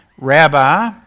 Rabbi